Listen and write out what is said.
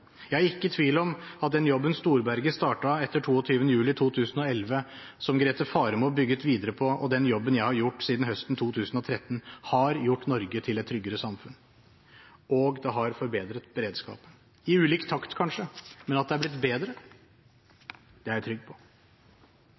Jeg er ikke i tvil om at den jobben Storberget startet etter 22. juli 2011, som Grete Faremo bygget videre på, og den jobben jeg har gjort siden høsten 2013, har gjort Norge til et tryggere samfunn, og det har forbedret beredskapen – i ulik takt, kanskje, men at det er blitt bedre, er jeg trygg på.